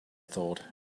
thought